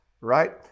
right